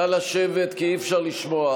נא לשבת, כי אי-אפשר לשמוע.